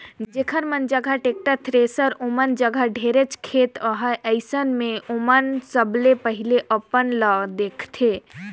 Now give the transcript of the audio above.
जेखर मन जघा टेक्टर, थेरेसर हे ओमन जघा ढेरेच खेत अहे, अइसन मे ओमन सबले पहिले अपन ल देखथें